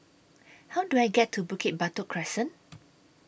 How Do I get to Bukit Batok Crescent